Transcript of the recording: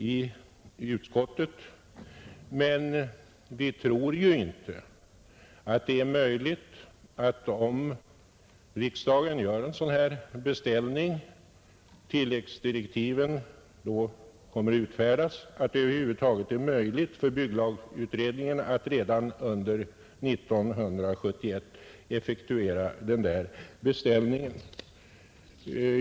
Om riksdagen gör en dylik beställning — dvs. anhåller att tilläggsdirektiv skall utfärdas, och så sker — tror vi emellertid inte att det över huvud taget är möjligt för bygglagutredningen att redan under 1971 effektuera den beställningen.